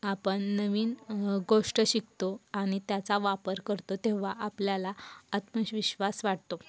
आपण नवीन गोष्ट शिकतो आणि त्याचा वापर करतो तेव्हा आपल्याला आत्मशविश्वास वाटतो